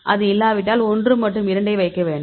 அது இல்லாவிட்டால் 1 மற்றும் 2 ஐ வைக்க வேண்டும்